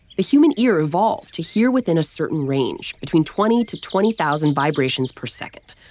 the human ear evolved to hear within a certain range between twenty to twenty thousand vibrations per second.